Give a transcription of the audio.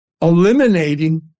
eliminating